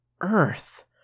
earth